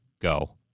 go